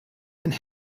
and